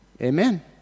amen